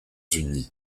unis